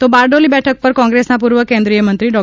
તો બારડોલી બેઠક ઉપર કોંગ્રેસના પૂર્વ કેન્દ્રિયમંત્રી ડો